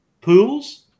pools